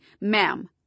ma'am